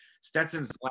Stetson's